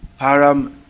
param